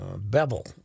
Bevel